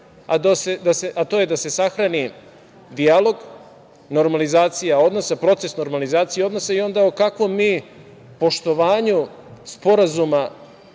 a to je da se sahrani dijalog, normalizacija odnosa, proces normalizacije odnosa i onda o kakvom mi poštovanju sporazuma